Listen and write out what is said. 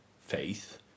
faith